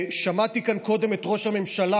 ששמעתי כאן קודם את ראש הממשלה,